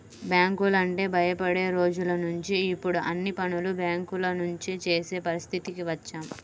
బ్యాంకులంటే భయపడే రోజులనుంచి ఇప్పుడు అన్ని పనులు బ్యేంకుల నుంచే చేసే పరిస్థితికి వచ్చాం